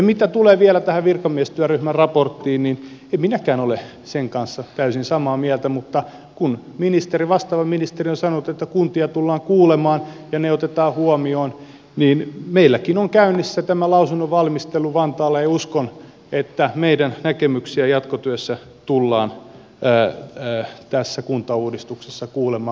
mitä tulee vielä tähän virkamiestyöryhmän raporttiin niin en minäkään ole sen kanssa täysin samaa mieltä mutta kun vastaava ministeri on sanonut että kuntia tullaan kuulemaan ja ne otetaan huomioon niin meilläkin on käynnissä tämä lausunnon valmistelu vantaalla ja uskon että meidän näkemyksiämme jatkotyössä tullaan tässä kuntauudistuksessa kuulemaan